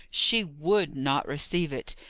she would not receive it.